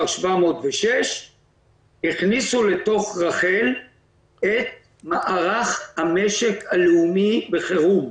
706 הכניסו לתוך רח"ל את מערך המשק הלאומי בחירום.